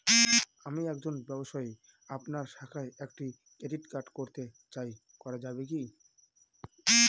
আমি একজন ব্যবসায়ী আপনার শাখায় একটি ক্রেডিট কার্ড করতে চাই করা যাবে কি?